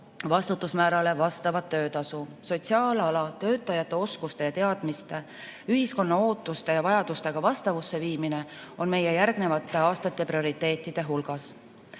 vastutusmäärale vastavat töötasu. Sotsiaalala töötajate oskuste ja teadmiste ühiskonna ootuste ja vajadustega vastavusse viimine on meie järgnevate aastate prioriteetide hulgas.Me